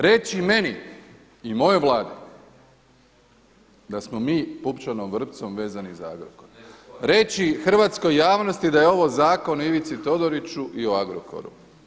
Reći meni i mojoj Vladi da smo mi pupčanom vrpcom vezani za Agrokor, reći hrvatskoj javnosti da je ovo zakon o Ivici Todoriću i o Agrokoru.